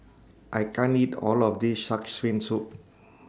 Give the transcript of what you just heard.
I can't eat All of This Shark's Fin Soup